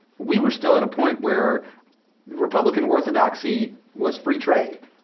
we were still at a point where republican orthodoxy was free trade,